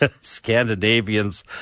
Scandinavians